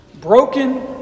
Broken